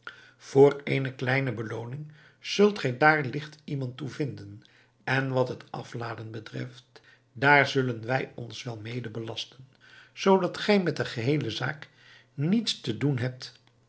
voor eene kleine belooning zult gij daar ligt iemand toe vinden en wat het afladen betreft daar zullen wij ons wel mede belasten zoodat gij met de geheele zaak niets te doen hebt